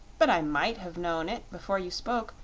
but i might have known it, before you spoke.